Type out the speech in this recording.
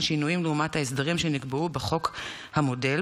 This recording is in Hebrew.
שינויים לעומת ההסדרים שנקבעו בחוק המודל,